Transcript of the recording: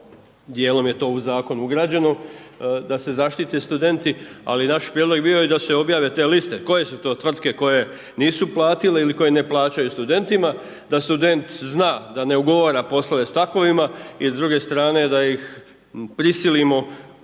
Dijelom je to u zakon ugrađeno da se zaštite studenti. Ali naš prijedlog je bio i da se objave te liste. Koje su to tvrtke koje nisu platile ili koje ne plaćaju studentima, da student zna, da ne ugovora poslove sa takvima i s druge strane da ih prisilimo tim